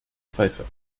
pfeife